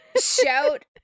shout